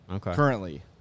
currently